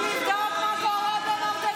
למה אתה פוחד מהעם?